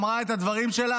אמרה את הדברים שלה,